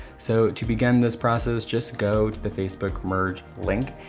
so to begin this process, just go to the facebook merge link.